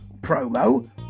promo